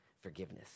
forgiveness